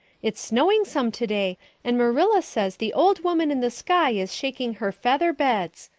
it's snowing some today and marilla says the old woman in the sky is shaking her feather beds.